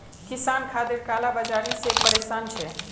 किसान खादेर काला बाजारी से परेशान छे